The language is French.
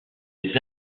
des